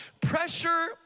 Pressure